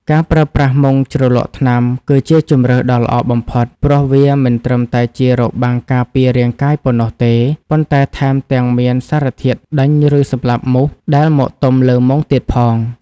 ការប្រើប្រាស់មុងជ្រលក់ថ្នាំគឺជាជម្រើសដ៏ល្អបំផុត ព្រោះវាមិនត្រឹមតែជារបាំងការពាររាងកាយប៉ុណ្ណោះទេ ប៉ុន្តែថែមទាំងមានសារធាតុដេញ ឬសម្លាប់មូសដែលមកទុំលើមុងទៀតផង។